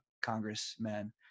Congressmen